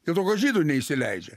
dėl to kad žydų neįsileidžia